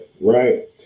right